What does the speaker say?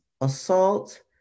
assault